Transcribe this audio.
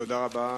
תודה רבה.